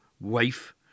wife